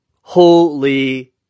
holy